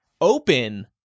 open